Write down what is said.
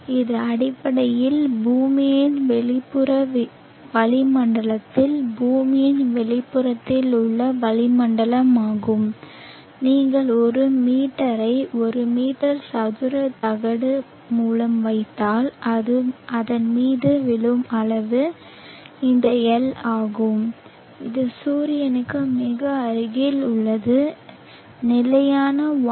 இது அடிப்படையில் பூமியின் வெளிப்புற வளிமண்டலத்தில் பூமியின் வெளிப்புறத்தில் உள்ள வளிமண்டலமாகும் நீங்கள் ஒரு மீட்டரை ஒரு மீட்டர் சதுர தகடு மூலம் வைத்தால் அதன் மீது விழும் அளவு இந்த L ஆகும் இது சூரியனுக்கு மிக அருகில் உள்ளது நிலையான 1